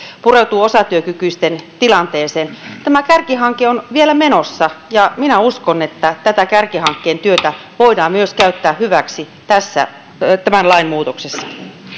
pureutuu osatyökykyisten tilanteeseen tämä kärkihanke on vielä menossa ja minä uskon että tätä kärkihankkeen työtä voidaan myös käyttää hyväksi tämän lain muutoksessa